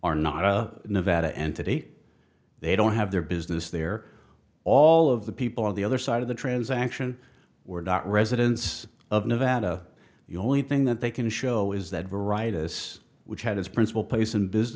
are not nevada and to date they don't have their business there all of the people of the other side of the transaction were dot residents of nevada the only thing that they can show is that variety this which had its principal place in business